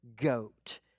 goat